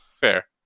Fair